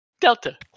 Delta